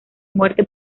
muerte